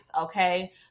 Okay